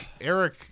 Eric